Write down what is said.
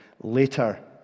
later